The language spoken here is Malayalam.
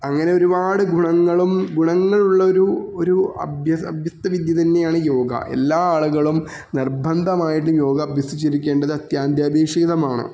അങ്ങനെ ഒരുപാട് ഗുണങ്ങളും ഗുണങ്ങളുള്ളൊരു ഒരു അഭ്യസ്ത വിദ്യ തന്നെയാണ് യോഗ എല്ലാ ആളുകളും നിർബന്ധമായിട്ടും യോഗ അഭ്യസിച്ചിരിക്കേണ്ടത് അത്യന്താപേക്ഷിതമാണ്